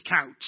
couch